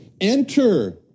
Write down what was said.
enter